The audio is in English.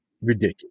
Ridiculous